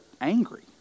angry